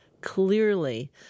Clearly